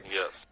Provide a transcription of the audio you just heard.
yes